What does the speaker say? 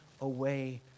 away